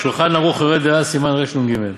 "שולחן ערוך", יורה דעה, סימן רנ"ג.